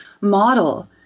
model